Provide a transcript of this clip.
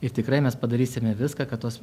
ir tikrai mes padarysime viską kad tos